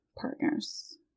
partners